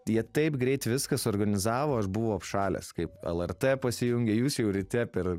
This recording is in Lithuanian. jie taip greit viską suorganizavo aš buvau apšalęs kaip lrt pasijungė jūs jau ryte per